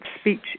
speech